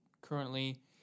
currently